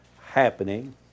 happening